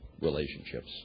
Relationships